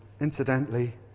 incidentally